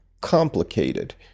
Complicated